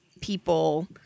people